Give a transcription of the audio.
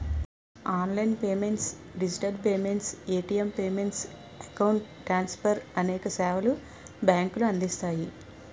online payments digital payments, ATM payments, account transfer అనేక సేవలు బ్యాంకులు అందిస్తాయి